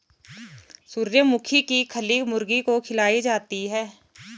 सूर्यमुखी की खली मुर्गी को खिलाई जाती है